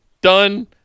done